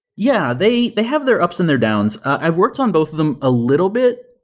yeah, they they have their ups and their downs. i've worked on both of them a little bit.